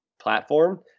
platform